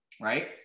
right